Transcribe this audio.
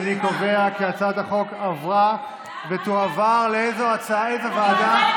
אני קובע כי הצעת החוק עברה, ותועבר לאיזו ועדה?